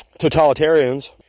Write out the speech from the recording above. totalitarians